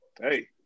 hey